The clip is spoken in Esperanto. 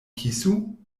kisu